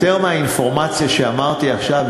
יותר מהאינפורמציה שאמרתי עכשיו,